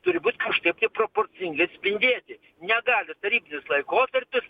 turi būt kažkaip tai proporcingai atspindėti negali tarybinis laikotarpis